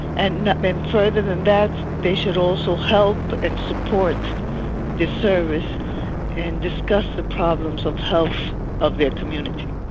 and and that meant further than that, they should also help and support the service and discuss the problems of health of their community.